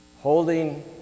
holding